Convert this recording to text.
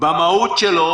במהות שלו.